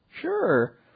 sure